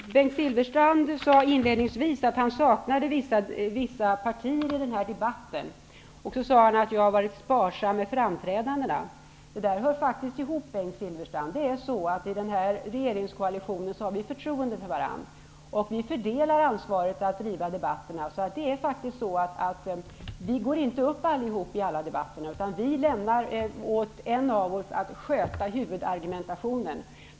Herr talman! Bengt Silfverstrand sade inledningsvis att han saknade vissa partier i debatten och att jag hade varit sparsam med framträdandena. Detta hör faktiskt ihop, Bengt Silfverstrand. Vi har förtroende för varandra i regeringskoalitionen, och vi fördelar ansvaret för att driva debatterna. Vi går inte allihop upp i alla debatter, utan lämnar åt en av oss att sköta huvudargumentationen.